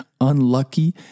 unlucky